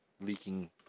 leaking